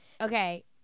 Okay